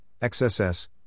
XSS